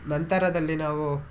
ನಂತರದಲ್ಲಿ ನಾವು